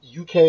UK